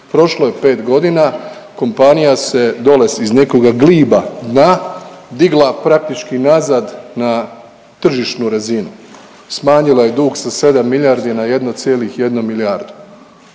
prošlo je pet godina, kompanija se dole iz nekoga gliba dna digla praktički nazad na tržišnu razinu. Smanjila je dug sa 7 miljardi na 1,1 milijardu.